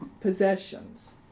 possessions